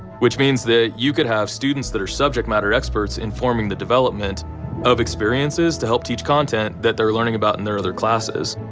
which means that you could have students that are subject matter experts informing the development of experiences to help teach content that they're learning about in their other classes.